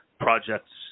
projects